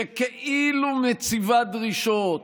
שכאילו מציבה דרישות,